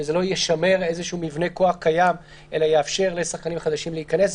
שזה לא ישמר איזשהו מבנה כוח קיים אלא יאפשר לשחקנים חדשים להיכנס.